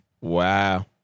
Wow